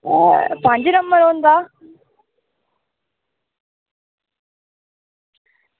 आं पंज नंबर औंदा